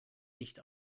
nicht